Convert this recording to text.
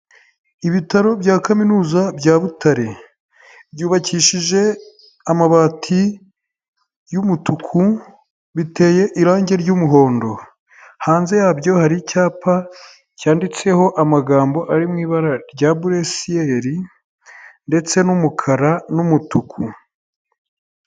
Ibitaro bya kaminuza bya Butare byubakishije amabati y'umutuku, biteye irangi ry'umuhondo. Hanze yabyo hari icyapa cyanditseho amagambo ari mu ibara rya buresiyeri, ndetse n'umukara n'umutuku.